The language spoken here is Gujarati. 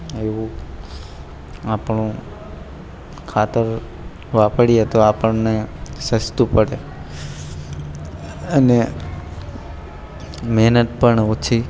એવું આપણું ખાતર વાપરીએ તો આપણને સસ્તું પડે અને મહેનત પણ ઓછી